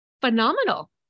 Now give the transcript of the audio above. phenomenal